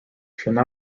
should